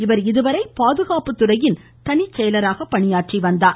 இவர் இதுவரை பாதுகாப்புத்துறையின் தனிச்செயலராக பணியாற்றி வந்தார்